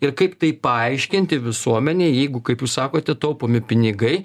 ir kaip tai paaiškinti visuomenei jeigu kaip jūs sakote taupomi pinigai